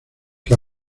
que